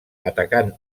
atacant